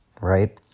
Right